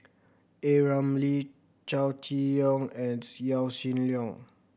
A Ramli Chow Chee Yong and Yaw Shin Leong